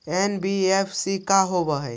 NBFC का होब?